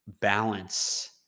balance